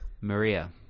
Maria